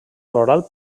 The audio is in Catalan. floral